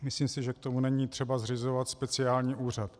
Myslím si, že k tomu není třeba zřizovat speciální úřad.